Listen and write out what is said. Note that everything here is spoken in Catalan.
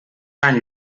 fan